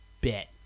bit